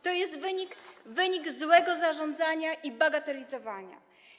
To jest wynik złego zarządzania i bagatelizowania.